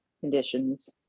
conditions